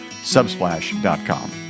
Subsplash.com